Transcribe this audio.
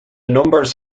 numbers